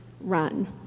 run